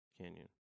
canyon